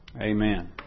Amen